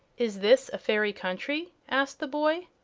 is this a fairy country? asked the boy.